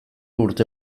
urte